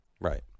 Right